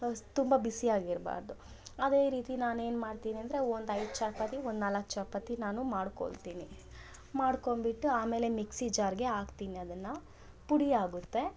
ತುಂಬ ಬಿಸಿಯಾಗಿರಬಾರ್ದು ಅದೇ ರೀತಿ ನಾನು ಏನ್ಮಾಡ್ತೀನಿ ಅಂದರೆ ಒಂದು ಐದು ಚಪಾತಿ ಒಂದು ನಾಲ್ಕು ಚಪಾತಿ ನಾನು ಮಾಡ್ಕೊಳ್ತೀನಿ ಮಾಡ್ಕೊಂಬಿಟ್ಟು ಆಮೇಲೆ ಮಿಕ್ಸಿ ಜಾರ್ಗೆ ಹಾಕ್ತಿನಿ ಅದನ್ನು ಪುಡಿ ಆಗುತ್ತೆ